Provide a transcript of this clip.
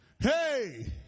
Hey